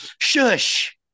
shush